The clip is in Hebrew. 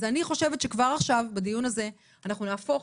אני חושבת שכבר עכשיו בדיון הזה אנחנו נהפוך